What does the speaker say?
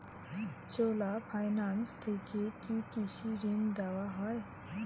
চোলা finance থেকে কি কৃষি ঋণ দেওয়া হয়?